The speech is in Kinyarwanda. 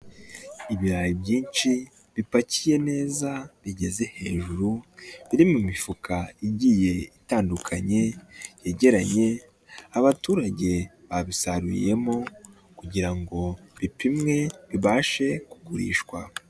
Ibirayi byinshi bipakiye neza bigeze hejuru biri mu mifuka igiye itandukanye yegeranye, abaturage babisaruriyemo kugira ngo bipimwe bibashe kugurishwa.